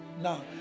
now